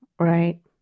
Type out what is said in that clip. Right